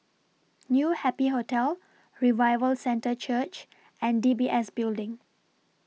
New Happy Hotel Revival Centre Church and D B S Building